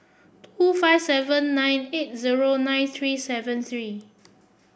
two five seven nine eight zero nine three seven three